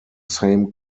same